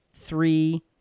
three